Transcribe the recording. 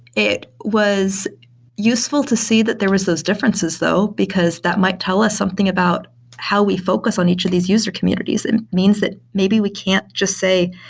it was useful to see that there was those differences though, because that might tell us something about how we focus on each of these user communities. and it means that maybe we can't just say,